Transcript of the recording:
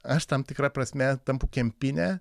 aš tam tikra prasme tampu kempinė